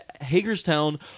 Hagerstown